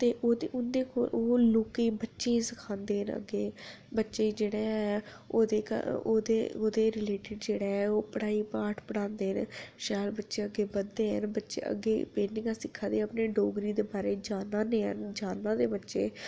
ते ओह् ते उं'दे कोल लोकें दे बच्चें गी सखांदे न अग्गें बच्चें गी जेह्ड़ा ऐ ओह्दे घ ओह्दे ओह्दे रिलेटड़ जेह्ड़ा ऐ ओह् पढ़ाई पाठ पढांदे ते शैल बच्चे अग्गें बधदे न बच्चे अग्गें पेटिंगां सिक्खै दे अपने डोगरी दे बारे च जानै ने हैन जान्नै दे बच्चे